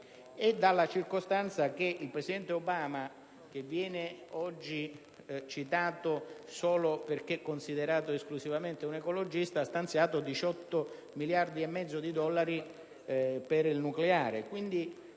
e dalla circostanza che il presidente Obama, che viene oggi citato solo perché considerato esclusivamente un ecologista, ha stanziato 18 miliardi e mezzo di dollari per il nucleare.